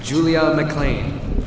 julio mclean